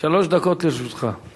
שלוש דקות לרשותך.